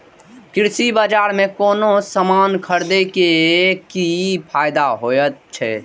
कृषि बाजार में कोनो सामान खरीदे के कि फायदा होयत छै?